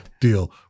Deal